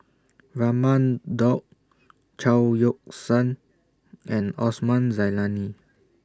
Raman Daud Chao Yoke San and Osman Zailani